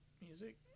music